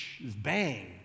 bang